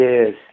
Yes